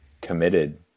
committed